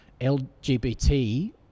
LGBT